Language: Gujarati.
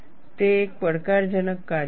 તે એક પડકારજનક કાર્ય છે